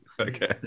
okay